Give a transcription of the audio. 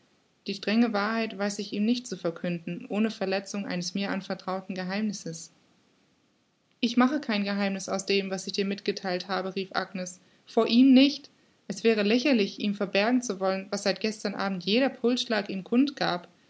die strenge wahrheit weiß ich ihm nicht zu verkünden ohne verletzung eines mir anvertrauten geheimnisses ich mache kein geheimniß aus dem was ich dir mitgetheilt habe rief agnes vor ihm nicht es wäre lächerlich ihm verbergen zu wollen was seit gestern abend jeder pulsschlag ihm kund gab